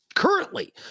Currently